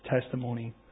testimony